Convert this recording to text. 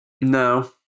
no